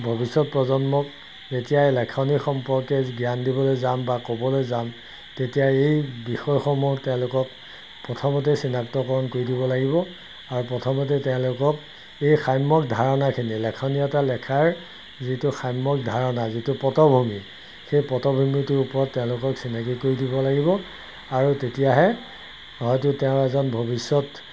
ভৱিষ্যত প্ৰজন্মক যেতিয়াই লেখনি সম্পৰ্কে জ্ঞান দিবলৈ যাম বা ক'বলৈ যাম তেতিয়া এই বিষয়সমূহ তেওঁলোকক প্ৰথমতে চিনাক্তকৰণ কৰি দিব লাগিব আৰু প্ৰথমতে তেওঁলোকক এই সাম্যক ধাৰণাখিনি লেখনি এটা লেখাৰ যিটো সাম্যক ধাৰণা যিটো পটভূমি সেই পটভূমিটোৰ ওপৰত তেওঁলোকক চিনাকী কৰি দিব লাগিব আৰু তেতিয়াহে হয়টো তেওঁ এজন ভৱিষ্যত